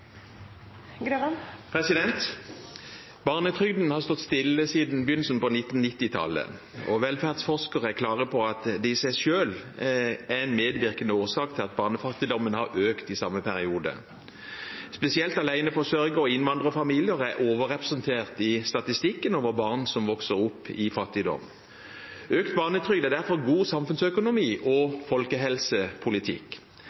ikke. Barnetrygden har stått stille siden begynnelsen av 1990-tallet, og velferdsforskere er klare på at det i seg selv er en medvirkende årsak til at barnefattigdommen har økt i samme periode. Spesielt aleneforsørgere og innvandrerfamilier er overrepresentert i statistikken over barn som vokser opp i fattigdom. Økt barnetrygd er derfor god samfunnsøkonomi